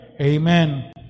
Amen